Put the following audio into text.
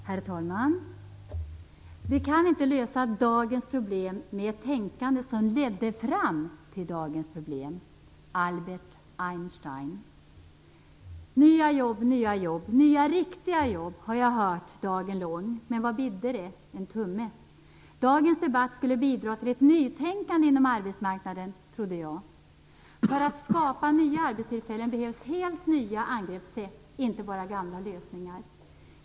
Herr talman! "Vi kan inte lösa dagens problem med ett tänkande som ledde fram till dagens problem." Det är Albert Einstein som har sagt det. Nya jobb, nya jobb, nya riktiga jobb har jag hört dagen lång. Men vad "bidde" det - en tumme. Jag trodde att dagens debatt skulle bidra till ett nytänkande inom arbetsmarknaden. För att skapa nya arbetstillfällen behövs helt nya angreppssätt, inte bara gamla lösningar.